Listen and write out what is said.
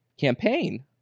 campaign